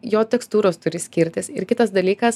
jo tekstūros turi skirtis ir kitas dalykas